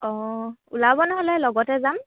অঁ ওলাব নহ'লে লগতে যাম